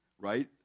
Right